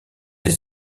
les